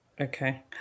Okay